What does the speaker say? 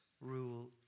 rule